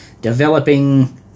developing